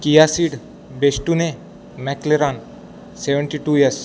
KIA सिड बेस्टुने McLaren seventy two years